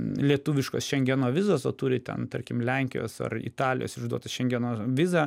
lietuviškos šengeno vizos o turi ten tarkim lenkijos ar italijos išduotą šengeno vizą